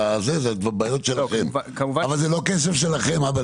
אבל זה לא כסף שלכם.